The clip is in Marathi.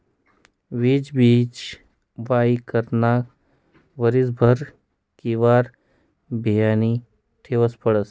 बीज बीजवाई करता वरीसभर बिवारं संभायी ठेवनं पडस